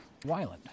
Wyland